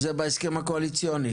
זה בהסכם הקואליציוני.